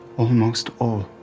almost all.